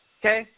Okay